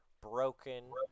broken